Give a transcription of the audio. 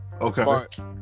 Okay